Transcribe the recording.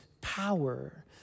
power